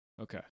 Okay